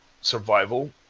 survival